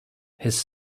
his